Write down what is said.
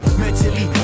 mentally